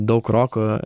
daug roko